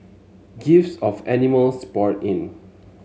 gifts of animals poured in